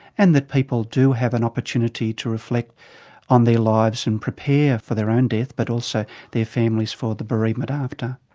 and that people do have an opportunity to reflect on their lives and prepare for their own death but also their families for the bereavement after.